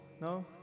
No